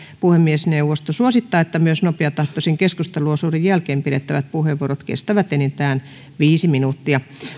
puhemiesneuvosto suosittaa että myös nopeatahtisen keskusteluosuuden jälkeen pidettävät puheenvuorot kestävät enintään viisi minuuttia